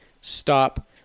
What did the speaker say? stop